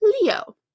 Leo